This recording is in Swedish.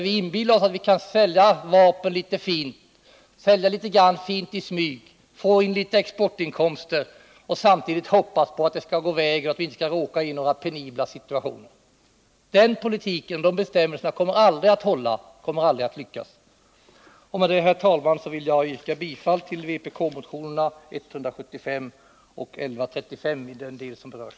Vi inbillar oss att vi kan sälja vapen litet fint i smyg, få in litet exportinkomster och samtidigt hoppas på att det skall gå vägen och att vi inte skall råka in i några penibla situationer. Den politiken kommer aldrig att hålla och den kommer aldrig att lyckas. Med det, herr talman, vill jag yrka bifall till vpk-motionerna 175 och 1135 i den del de nu berörs.